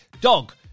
dog